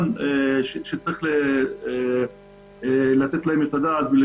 שצריך לתת עליהן את הדעת.